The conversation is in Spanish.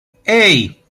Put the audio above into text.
hey